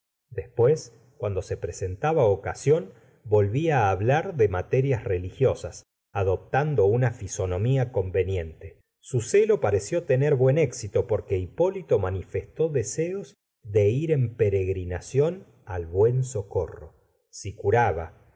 después cuando se presentaba ocasión volvía á hablar de materias r eligiosas adoptando una fisonomía conveniente su celo pareció tener buen éxito porque hipólito manifestó deseos de ir en peregrinación al buen socorro si curaba